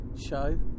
show